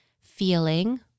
feeling